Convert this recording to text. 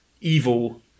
Evil